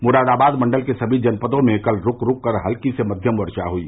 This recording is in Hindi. मुरादाबाद मंडल के सभी जनपदों में कल रूक रूककर हल्की से मध्यम वर्षा हुई